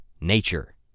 nature